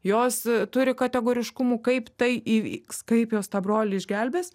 jos turi kategoriškumų kaip tai įvyks kaip jos tą brolį išgelbės